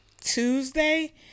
Tuesday